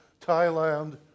Thailand